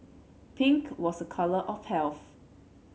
pink was a colour of health